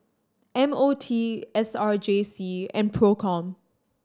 M O T S R J C and Procom